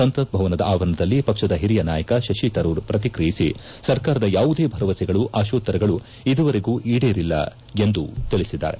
ಸಂಸತ್ ಭವನದ ಅವರಣದಲ್ಲಿ ಪಕ್ಷದ ಓರಿಯ ನಾಯಕ ಶತಿ ತರೂರ್ ಪ್ರಕ್ರಿಕಿಯಿಸಿ ಸರ್ಕಾರದ ಯಾವುದೇ ಭರವಸೆಗಳು ಆಶೋತ್ತರಗಳು ಇದುವರೆಗೂ ಈಡೇರಿಲ್ಲ ಎಂದು ಅವರು ತಿಳಿಸಿದ್ದಾರೆ